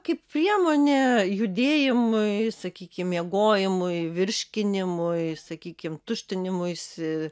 kaip priemonė judėjimui sakykim miegojimui virškinimui sakykim tuštinimuisi